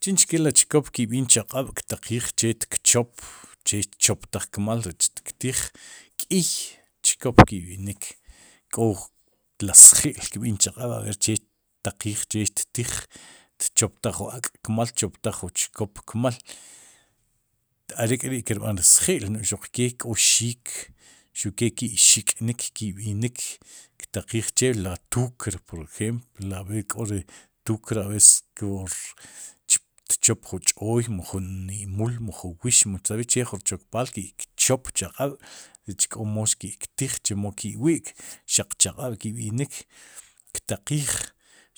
Chinchke la chkop ki'b'iin chaq'ab ktaqiij che tichop che tchiptaj kmal rech xtktiij, kp iiy chkop kip b'inik k'o la sji'l k'bínik chaq'ab' aber che ttaqiij, che xtij tchoptaj jun ak'kmal tchoptaj jun chkop kmal are'k'ri'kirb'an ri sji'l no'j xuqkee k'o xiik xuq ke ki'xik'nik ki'b'inik ki'ktaqiij ktaqiij ri tuuk por ejempl kó ri turk abes ku ber tchop jun ch'ooy mu jun imul mu ju wix saber che jun chopb'al tchop chaq'ab' rech k'o mo xki'ktiij chemo ki'wi'k xaq chaq'ab'ki'b'inik ktaqiij